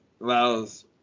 allows